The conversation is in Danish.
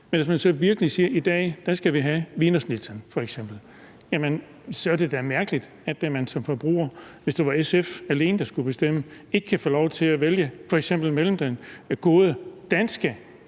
det. Hvis man så siger, at man i dag f.eks. vil have wienerschnitzler, så er det da mærkeligt, at man som forbruger, hvis det alene var SF, der skulle bestemme, ikke kan få lov til at vælge mellem det gode danske